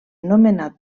nomenat